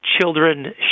children